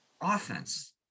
offense